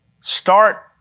Start